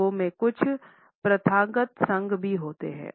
रंगों में कुछ प्रथागत संघ भी होते हैं